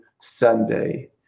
Sunday